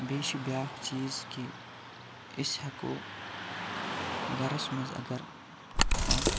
بیٚیہِ چھِ بیاکھ چیٖز کہِ أسۍ ہیٚکو گَرَس مَنٛز اَگَر کانٛہہ